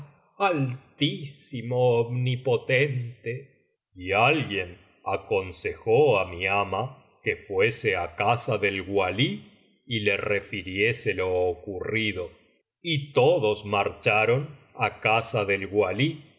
altísimo omnipotente y alguien aconsejó á mi ama que fuese á casa del walí y le refiriese lo ocurrido y todos marcharon á casa del walí